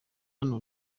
hano